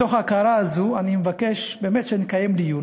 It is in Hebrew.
מתוך ההכרה הזאת, אני מבקש שנקיים דיון